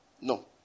No